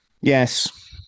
yes